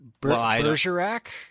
Bergerac